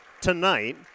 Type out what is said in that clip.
tonight